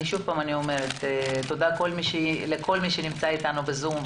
שוב אני אומרת: תודה לכל מי שנמצא איתנו בזום.